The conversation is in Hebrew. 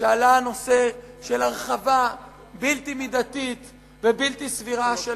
כשעלה הנושא של הרחבה בלתי מידתית ובלתי סבירה של